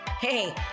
Hey